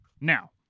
Now